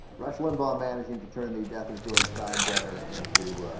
rush limbaugh managing to turn the death of george steinbrenner into